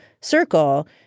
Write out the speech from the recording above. circle